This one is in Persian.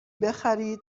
بخرید